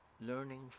learning